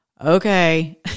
okay